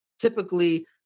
typically